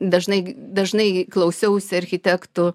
dažnai dažnai klausiausi architektų